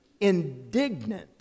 indignant